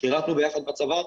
שירתנו יחד בצבא,